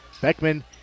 Beckman